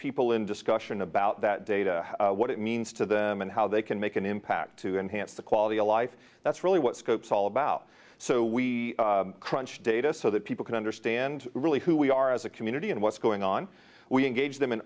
people in discussion about that data what it means to them and how they can make an impact to enhance the quality of life that's really what scopes all about so we crunched data so that people can understand really who we are as a community and what's going on we engage them in